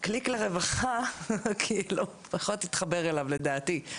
"קליק לרווחה" פחות יתחבר אליו לדעתי.